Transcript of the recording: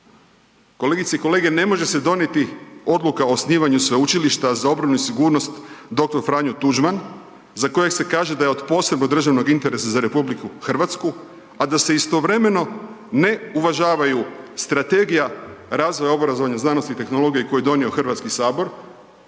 kolegice i kolege ne može se donijeti odluka o osnivanju Sveučilišta za obranu i sigurnost Dr. Franjo Tuđman, za kojeg se kaže da je od posebnog državnog interesa za RH, a da se istovremeno ne uvažavaju Strategija razvoja obrazovanja, znanosti i tehnologije koju je donio Hrvatski sabor,